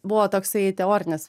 buvo toksai teorinis